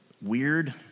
weird